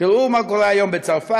תראו מה קורה היום בצרפת,